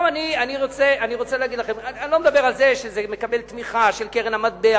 אני לא מדבר על זה שזה מקבל תמיכה של קרן המטבע,